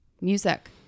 music